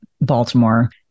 Baltimore